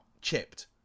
chipped